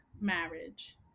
marriage